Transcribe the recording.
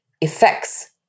effects